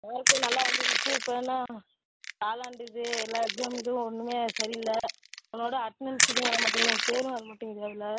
mark நல்லா வந்துருந்துச்சி இப்போ என்ன காலாண்டு இது எல்லா எக்ஸாம் இதுவும் ஒன்றுமே சரி இல்லை உன்னோட அட்னன்ஸ் இதுவும் வர மாட்டேங்கிது உன் பேரும் வர மாட்டேங்கிது அதில்